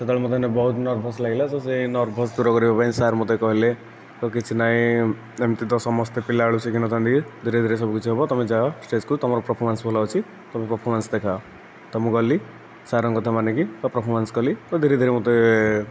ସେତେବେଳେ ମୋତେ ଏଇନେ ବହୁତ ନର୍ଭସ୍ ଲାଗିଲା ତ ସେଇ ନର୍ଭସ୍ ଦୂର କରିବା ପାଇଁ ସାର୍ ମୋତେ କହିଲେ ତ କିଛି ନାଇଁ ଏମିତି ତ ସମସ୍ତେ ପିଲାବେଳୁ ଶିଖିନଥାନ୍ତି ଧିରେଧିରେ ସବୁକିଛି ହେବ ତୁମେ ଯାଅ ଷ୍ଟେଜକୁ ତୁମର ପରଫମାନ୍ସ ଭଲ ଅଛି ତୁମେ ପରଫମାନ୍ସ ଦେଖାଅ ତ ମୁଁ ଗଲି ସାର୍ଙ୍କ କଥା ମାନିକି ପପରଫମାନ୍ସ କଲି ତ ଧିରେଧିରେ ମୋତେ